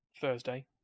Thursday